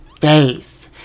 face